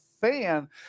fan